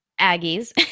Aggies